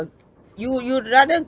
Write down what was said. you you'd rather